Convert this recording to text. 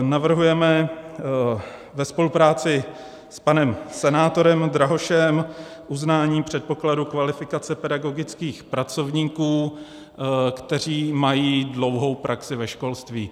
Navrhujeme ve spolupráci s panem senátorem Drahošem uznání předpokladu kvalifikace pedagogických pracovníků, kteří mají dlouhou praxi ve školství.